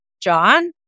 John